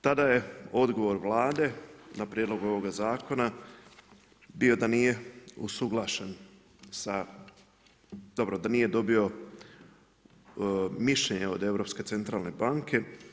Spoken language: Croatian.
Tada je odgovor Vlade na prijedlog ovoga zakona bio da nije usuglašen sa, dobro, da nije dobio mišljenje od Europske centralne banke.